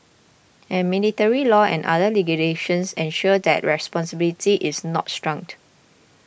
and military law and other legislations ensure that responsibility is not shirked